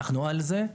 אנו על זה,